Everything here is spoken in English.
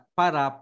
para